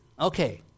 Okay